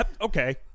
Okay